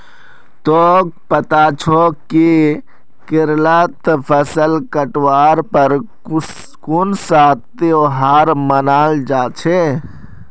तोक पता छोक कि केरलत फसल काटवार पर कुन्सा त्योहार मनाल जा छे